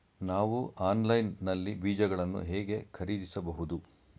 ನಾವು ಆನ್ಲೈನ್ ನಲ್ಲಿ ಬೀಜಗಳನ್ನು ಹೇಗೆ ಖರೀದಿಸಬಹುದು?